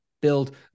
build